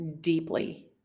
deeply